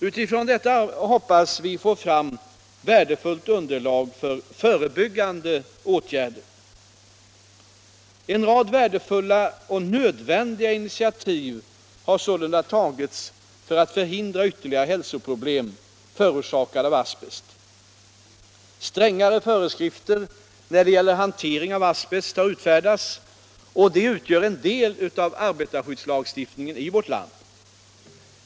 Utifrån detta hoppas vi få fram värdefullt underlag för förebyggande åtgärder. En rad värdefulla och nödvändiga initiativ har sålunda tagits för att förhindra ytterligare hälsoproblem förorsakade av asbest. Strängare föreskrifter när det gäller hantering av asbest har utfärdats, och de utgör en del av arbetarskyddslagstiftningen i vårt land.